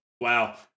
wow